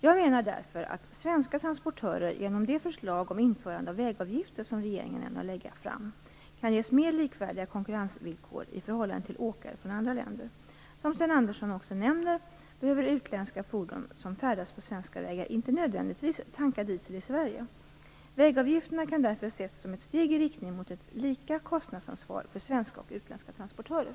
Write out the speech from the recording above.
Jag menar därför att svenska transportörer genom det förslag om införande av vägavgifter som regeringen ämnar lägga fram kan ges konkurrensvillkor som är mer likvärdiga de som åkare från andra länder har. Som Sten Andersson också nämner behöver utländska fordon som färdas på svenska vägar inte nödvändigtvis tanka diesel i Sverige. Vägavgifterna kan därför ses som ett steg i riktning mot lika kostnadsansvar för svenska och utländska transportörer.